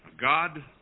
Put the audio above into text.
God